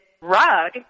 rug